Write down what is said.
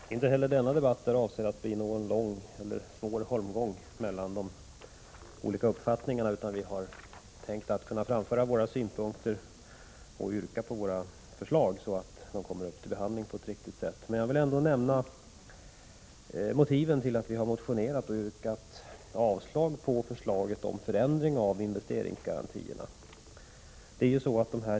Herr talman! Inte heller denna debatt är avsedd att bli någon lång eller svår holmgång mellan de olika uppfattningarna. Vi har tänkt att kunna framföra våra synpunkter och yrkanden så att förslagen kommer upp till behandling på ett riktigt sätt. Jag vill ändå nämna motiven till att vi har motionerat och yrkat avslag på förslaget om förändring av investeringsgarantierna.